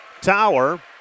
Tower